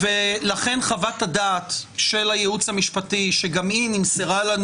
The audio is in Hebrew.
לכן חוות הדעת של הייעוץ המשפטי שגם היא נמסרה לנו